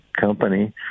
company